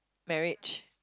marriage